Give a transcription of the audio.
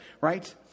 right